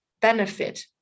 benefit